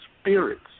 spirits